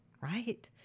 right